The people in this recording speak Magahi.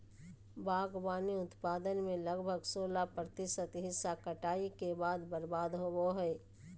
बागवानी उत्पादन में लगभग सोलाह प्रतिशत हिस्सा कटाई के बाद बर्बाद होबो हइ